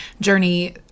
journey